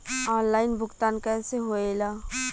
Online भुगतान कैसे होए ला?